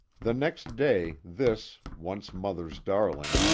the next day, this, once mother's darling,